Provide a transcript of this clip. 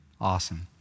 Awesome